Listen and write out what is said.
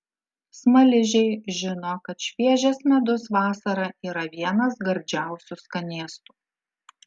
smaližiai žino kad šviežias medus vasarą yra vienas gardžiausių skanėstų